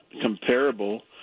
comparable